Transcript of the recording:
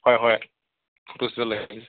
হয় হয় ফ'টো ষ্টুডিঅ'ত লাগিছে